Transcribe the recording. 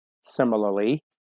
similarly